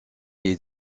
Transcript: est